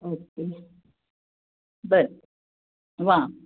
okay बरं वा